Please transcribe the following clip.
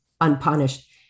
unpunished